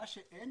מה שאין